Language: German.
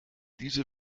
diese